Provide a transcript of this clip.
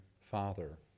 father